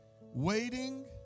Waiting